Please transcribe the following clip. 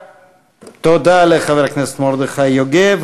תודה לחבר הכנסת מרדכי יוגב.